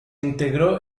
integró